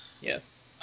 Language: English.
Yes